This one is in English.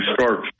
start